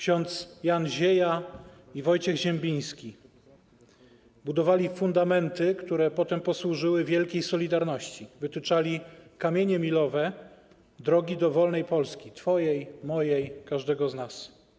Ks. Jan Zieja i Wojciech Ziembiński budowali fundamenty, które potem posłużyły wielkiej „Solidarności”, wytyczali kamienie milowe drogi do wolnej Polski, twojej, mojej, każdego z nas.